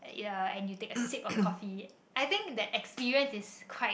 ya and you take a sick of coffee I think that experience is quite